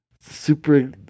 Super